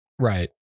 Right